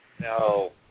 No